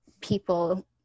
people